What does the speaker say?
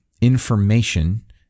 information